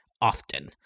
often